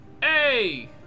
Hey